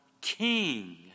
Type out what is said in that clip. king